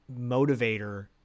motivator